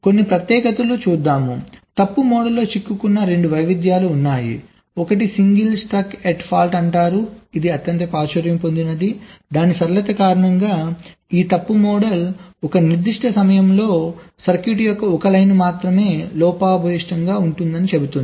కొన్ని ప్రత్యేకతలు చూద్దాం తప్పు మోడల్లో చిక్కుకున్న 2 వైవిధ్యాలు ఉన్నాయి ఒకటి సింగిల్ స్టక్ ఎట్ ఫాల్ట్ అంటారు ఇది అత్యంత ప్రాచుర్యం పొందింది దాని సరళత కారణంగా ఈ తప్పు మోడల్ ఒక నిర్దిష్ట సమయంలో సర్క్యూట్ యొక్క ఒక లైన్ మాత్రమే లోపభూయిష్టంగా ఉంటుందని చెబుతుంది